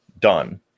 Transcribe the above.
done